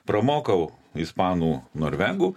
pramokau ispanų norvegų